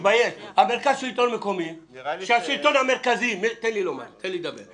השלטון המרכזי משית על השלטון המקומי את כל